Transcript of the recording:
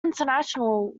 international